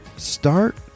Start